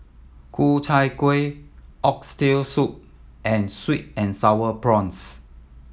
Ku Chai Kuih Oxtail Soup and sweet and Sour Prawns